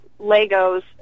Legos